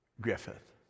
Griffith